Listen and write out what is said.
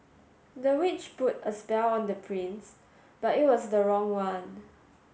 the witch put a spell on the prince but it was the wrong one